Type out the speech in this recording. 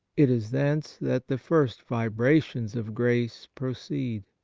it is thence that the first vibrations of grace proceed.